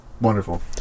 wonderful